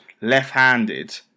left-handed